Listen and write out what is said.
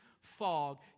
fog